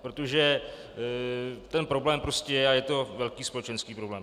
Protože ten problém prostě je a je to velký společenský problém.